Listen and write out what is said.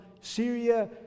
Syria